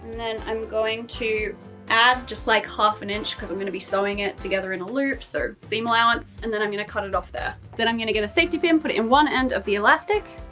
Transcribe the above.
then i'm going to add just like half an inch, cause i'm going to be sewing it together in a loop, so seem allowance and then i'm going to cut it off there. then i'm going to get a safety pin, put it in one end of the elastic.